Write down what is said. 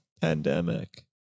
pandemic